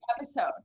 episode